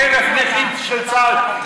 58,000 נכים של צה"ל,